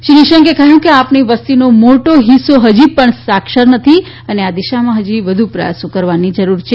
શ્રી નિશંકે કહ્યું કે આપણી વસ્તીનો મોટો હિસ્સો હજી પણ સાક્ષર નથી અને આ દિશામાં હજી વધુ પ્રયાસો કરવાની જરૂર છે